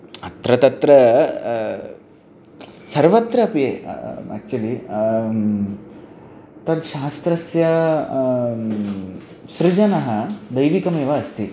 अत्र तत्र सर्वत्र अपि आक्चुलि तत् शास्त्रस्य सर्जनं दैविकमेव अस्ति